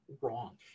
wrong